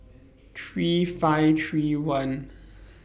three five three one